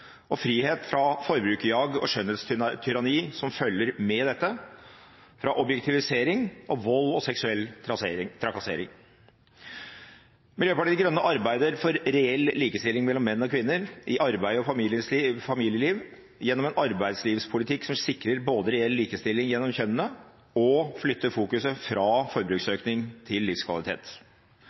kjønnsroller, frihet fra forbrukerjag og skjønnhetstyranni som følger med dette, og frihet fra objektivisering, vold og seksuell trakassering. Miljøpartiet De Grønne arbeider for reell likestilling mellom menn og kvinner i arbeid og familieliv gjennom en arbeidslivspolitikk som sikrer både en reell likestilling mellom kjønnene, og som flytter fokus fra forbruksøkning til livskvalitet.